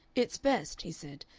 it's best, he said,